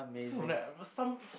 so from that some